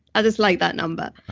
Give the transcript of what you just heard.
i just like that number.